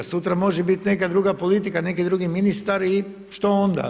Sutra može biti neka druga politika, neki drugi ministar i što onda?